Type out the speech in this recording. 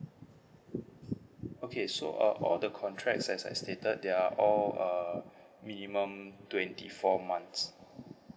okay so uh all the contracts as I stated they are all uh minimum twenty four months